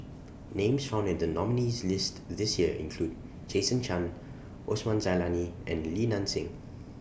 Names found in The nominees' list This Year include Jason Chan Osman Zailani and Li Nanxing